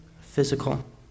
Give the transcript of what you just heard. physical